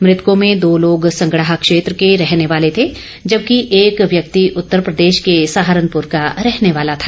मृतकों में दो लोग संगड़ाह क्षेत्र के रहने वाले थे जबकि एक व्यक्ति उत्तर प्रदेश के सहारनपुर का रहने वाला था